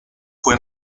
fue